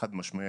חד משמעי,